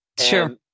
Sure